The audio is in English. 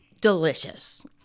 delicious